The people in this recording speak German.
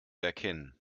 erkennen